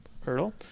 hurdle